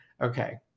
okay